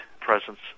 presence